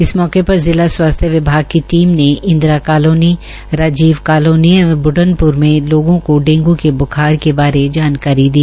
इस मौके पर शिला स्वास्थ्य विभाग की टीम ने इंदिरा कालोनी रा रीव कालोनी एवं ब् नप्र में लोगों को डेंगू के ब्खार के बारे में ानकारी दी